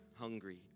hungry